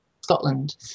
Scotland